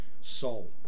soul